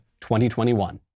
2021